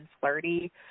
flirty